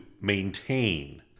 maintain